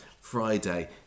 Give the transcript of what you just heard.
Friday